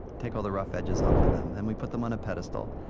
take all the rough edges off of them, and we put them on a pedestal.